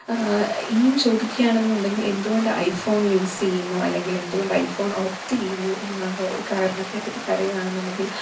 ഇനിയും ചോദിക്കുകയാണെന്നുടെങ്കിൽ എന്തുകൊണ്ട് ഐ ഫോൺ യൂസ് ചെയ്യുന്നു അല്ലെങ്കിൽ എന്ത്കൊണ്ട് ഐ ഫോൺ ഓപ്റ്റ് ചെയ്യുന്നു എന്നൊര് കാരണത്തെപ്പറ്റി പറയുവാണെന്നുണ്ടെങ്കിൽ